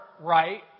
right